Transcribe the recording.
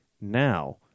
Now